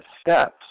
steps